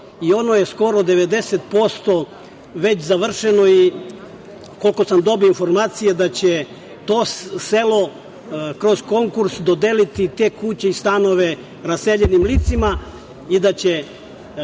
i ono je skoro 90% već završeno i koliko sam dobio informacije, da će to selo kroz konkurs dodeliti te kuće i stanove raseljenim licima i da će